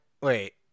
Wait